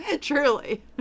truly